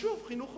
שחשוב חינוך חובה.